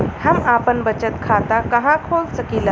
हम आपन बचत खाता कहा खोल सकीला?